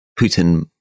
Putin